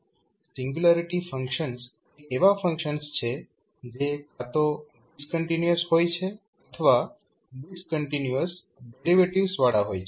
singularity functions એ તેવા functions છે જે કાં તો ડિસકન્ટિન્યુઅસ હોય છે અથવા ડિસકન્ટિન્યુઅસ ડેરિવેટિવ્ઝ વાળા હોય છે